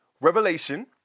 Revelation